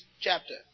chapter